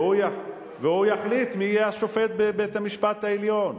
והוא יחליט מי יהיה השופט בבית-המשפט העליון.